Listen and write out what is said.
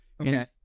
Okay